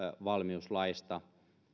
valmiuslaista